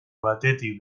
batetik